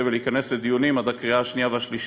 ולהיכנס לדיונים עד הקריאה השנייה והשלישית.